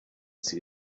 see